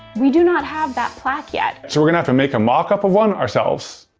we do not have that plaque yet. so we're gonna have to make a mock up of one ourselves.